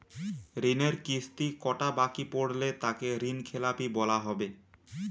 ঋণের কিস্তি কটা বাকি পড়লে তাকে ঋণখেলাপি বলা হবে?